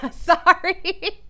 sorry